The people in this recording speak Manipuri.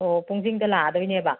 ꯑꯣ ꯄꯨꯡꯁꯤꯡꯗ ꯂꯥꯛꯑꯗꯣꯏꯅꯦꯕ